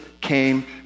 came